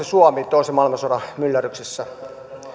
suomi toisen maailmansodan myllerryksessä